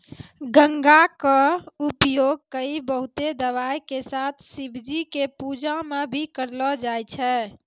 गांजा कॅ उपयोग कई बहुते दवाय के साथ शिवजी के पूजा मॅ भी करलो जाय छै